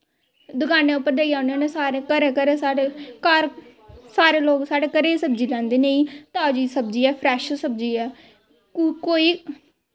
दकानैं उप्पर देई औन्ने होन्ने सारें घरैं घरैं साढ़े घर सारे लोग साढ़े घरे दी सब्जी लैंदे नेंई ताज़ी सब्जी ऐ फ्रैश सब्जी ऐ कोई